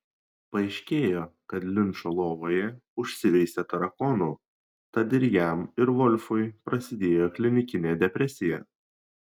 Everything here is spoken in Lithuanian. paaiškėjo kad linčo lovoje užsiveisė tarakonų tad ir jam ir volfui prasidėjo klinikinė depresija